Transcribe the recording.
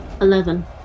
eleven